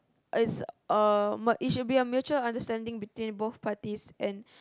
its um but its should be a mutual understanding between both parties and